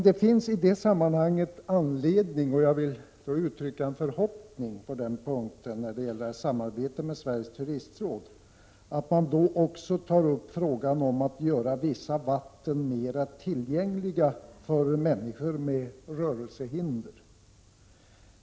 Jag vill emellertid uttrycka en förhoppning när det gäller samarbetet med Sveriges Turistråd — att man tar upp frågan om att göra vissa vatten mer tillgängliga för människor med rörelsehinder.